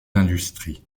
industries